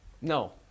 No